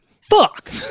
Fuck